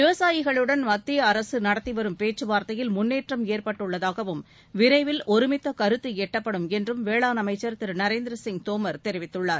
விவசாயிகளுடன் மத்திய நடத்தி வரும் பேச்சுவா்த்தையில் முன்னேற்றம் ஏற்பட்டுள்ளதாகவும் விரைவில் ஒருமித்த கருத்து எட்டப்படும் என்றும் வேளாண் அமைச்சா் திரு நரேந்திர சிங் தோமா் தெரிவித்துள்ளார்